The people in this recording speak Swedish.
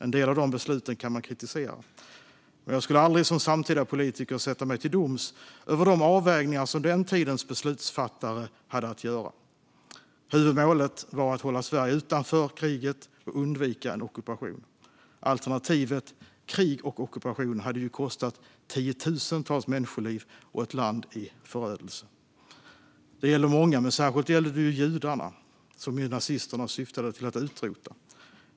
En del av dessa beslut kan man kritisera, men jag skulle aldrig som samtida politiker sätta mig till doms över de avvägningar som den tidens beslutsfattare hade att göra. Huvudmålet var att hålla Sverige utanför kriget och undvika en ockupation. Alternativet - krig och ockupation - hade kostat tiotusentals människoliv och ett land i förödelse. Det gäller många, men särskilt gäller det judarna, som nazisterna syftade till att utrota.